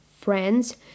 friends